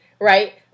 right